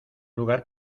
lugar